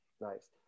Nice